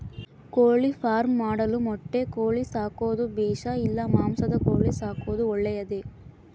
ಕೋಳಿಫಾರ್ಮ್ ಮಾಡಲು ಮೊಟ್ಟೆ ಕೋಳಿ ಸಾಕೋದು ಬೇಷಾ ಇಲ್ಲ ಮಾಂಸದ ಕೋಳಿ ಸಾಕೋದು ಒಳ್ಳೆಯದೇ?